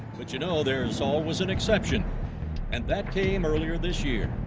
but you know, there's always an exception and that came earlier this year.